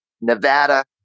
Nevada